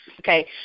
Okay